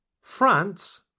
France